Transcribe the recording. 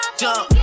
jump